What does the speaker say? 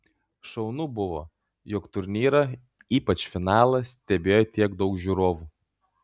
šaunu buvo jog turnyrą ypač finalą stebėjo tiek daug žiūrovų